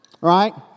Right